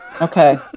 Okay